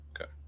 Okay